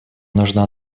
нужно